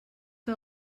que